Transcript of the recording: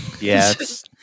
Yes